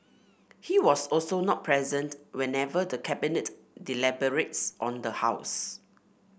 he was also not present whenever the Cabinet deliberates on the house